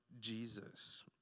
Jesus